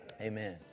Amen